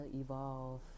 evolve